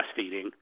breastfeeding